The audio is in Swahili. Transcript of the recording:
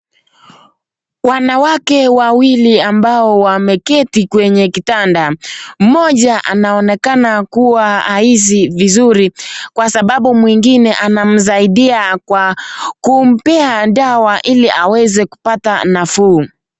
Wanawake wawili ambao wameketi kwenye kitanda, mmoja anaonekana kuwa ahisi vizuri, kwa sababu mwingine anamsaidia kwa kumpea dawa ili aweze kupata nafuu.